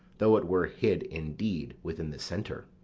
though it were hid indeed within the centre.